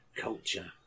culture